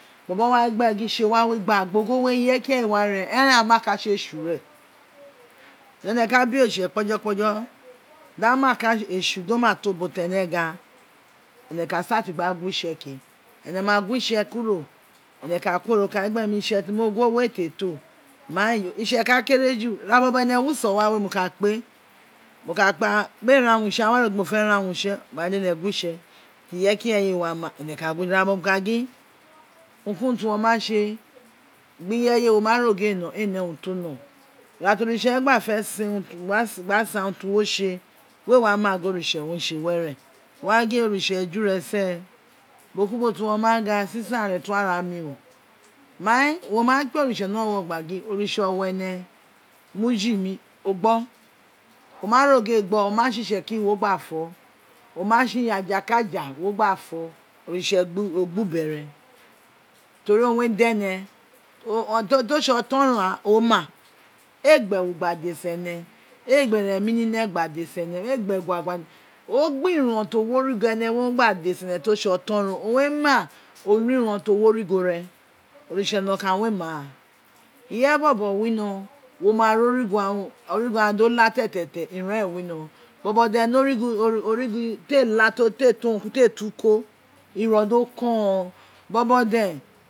Bolo wa gin gbe gin tse wawe gba ogho we ireje ki irege ee wa rie eren ama katse eteu ren dene kube oritse kpejo kpenjo di amakatse etsu do ma to ubo tene gha ene ma gwiste kuro ene kworo o ka gin itse tene gwo we ee te to mai itse ka dere ju ira bobo ene ma wi uso wawe ma ka kpe mei ran wu utse a ghan wa ro gin mo fe ran wu utse mai dene gwo itse ireje ki ireje ee wa ma ewe ka gwo irabobo mo ka gin urun ki urun mo ti ka gin uru ki urun ti wo ma tse gbi reye mo ma ro gin o no ee no ira ti oritse gna fe sa urun ti wo tse wee wa ma gin oritse re tse were wo wa gin oritse eju re see ubo ki ubo ti wo ma gha sisan re ti ara mi o main wo ma kpe oritse ni orourowuro gba gin oritse owa ebe my tini o gbo wo ma ro gin ee gbo o ma tse itseki wo gba fo o ma tse aja ki aja wo gba fo oritse o gbo ube re deri owun re da ene to tse oton ro ghan o ma ee gba ewu gba desin ene eegna em ni ne gba alusin ene ee gba gba egna gba desin ene o gna iron to wi origho ene we gba disen en to tse oton ro owun re ma olu iron ti o wi origho re oritse bikan re ma ireye bobi wino wo ma ni origho aghan origha dola tetetetete ifon ee wino bobo de ne origho te la te to uko iron do kon bobo de